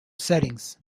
settings